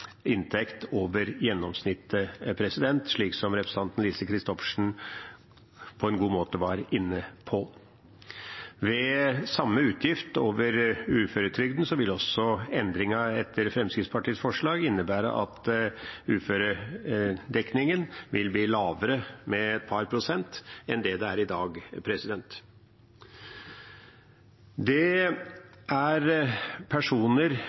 inntekt over gjennomsnittet, slik som representanten Lise Christoffersen på en god måte var inne på. Ved samme utgift over uføretrygden ville også endringen Fremskrittspartiet foreslår, innebære at uføredekningen ville bli et par prosent lavere enn den er i dag. Det er personer